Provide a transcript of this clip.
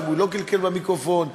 אם הוא לא קלקל את המיקרופון בכוונה,